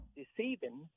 deceiving